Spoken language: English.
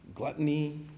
Gluttony